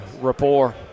rapport